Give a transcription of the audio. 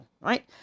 right